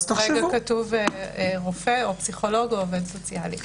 כרגע כתוב רופא או פסיכולוג או עובד סוציאלי.